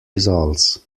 results